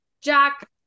Jack